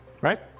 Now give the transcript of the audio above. Right